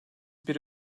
bir